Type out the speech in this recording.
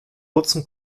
kurzen